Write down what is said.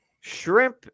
shrimp